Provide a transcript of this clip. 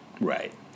Right